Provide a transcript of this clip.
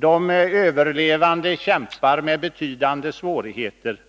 De överlevande kämpar med betydande svårigheter